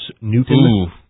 Newton